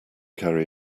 carry